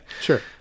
sure